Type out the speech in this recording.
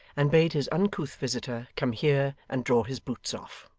and bade his uncouth visitor come here and draw his boots off.